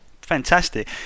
Fantastic